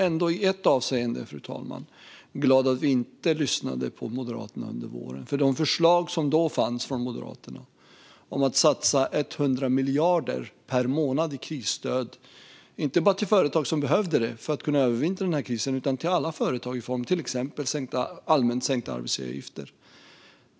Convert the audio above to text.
I ett avseende är jag dock glad att vi inte lyssnade på Moderaternas förslag under våren, till exempel på deras förslag om att satsa 100 miljarder per månad i krisstöd till inte bara de företag som behövde det för att kunna övervintra krisen utan till alla företag, till exempel i form av allmänt sänkta arbetsgivaravgifter.